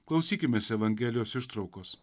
klausykimės evangelijos ištraukos